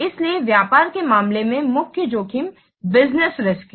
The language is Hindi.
इसलिए व्यापार के मामले में मुख्य जोखिम बिज़नेस रिस्क्स है